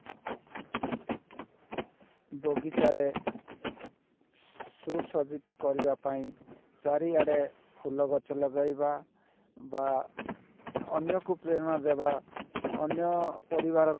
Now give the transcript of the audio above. ବଗିଚାରେ ସୁସଜ୍ଜିତ କରିବା ପାଇଁ ଚାରିଆଡ଼େ ଫୁଲ ଗଛ ଲଗାଇବା ବା ଅନ୍ୟକୁ ପ୍ରେରଣା ଦେବା ଅନ୍ୟ ପରିବାରକୁ